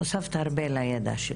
הוספת הרבה לידע שלי.